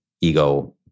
ego